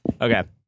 Okay